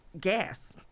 gas